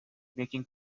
making